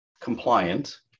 compliant